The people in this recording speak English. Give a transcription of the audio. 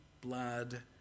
blood